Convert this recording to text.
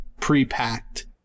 pre-packed